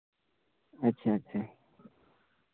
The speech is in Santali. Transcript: ᱟᱪᱪᱷᱟ ᱟᱪᱪᱷᱟ